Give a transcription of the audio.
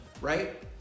right